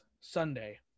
Sunday